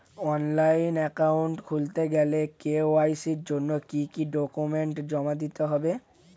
Online account খুলতে গেলে KYC জন্য কি কি ডকুমেন্ট জমা দিতে হবে?